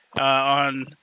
On